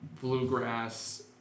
bluegrass